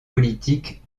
politiques